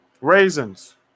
raisins